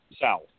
South